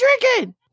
drinking